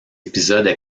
épisodes